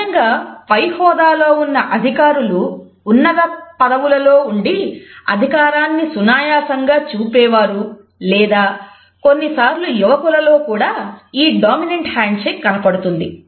సహజంగా పై హోదా లో ఉన్న అధికారులు ఉన్నత పదవులలో ఉండి అధికారాన్ని సునాయాసంగా చూపేవారు లేదా కొన్నిసార్లు యువకులలో కూడా ఈ డామినెంట్ హ్యాండ్షేక్ కనపడుతుంది